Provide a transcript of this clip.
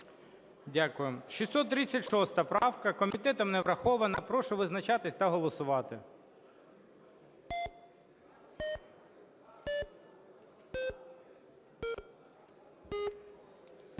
Дякую. 699 правка, комітетом не врахована. Прошу визначатися та голосувати.